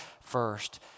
first